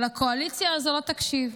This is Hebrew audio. אבל הקואליציה הזו לא תקשיב,